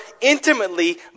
intimately